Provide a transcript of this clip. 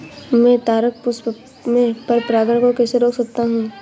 मैं तारक पुष्प में पर परागण को कैसे रोक सकता हूँ?